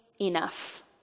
enough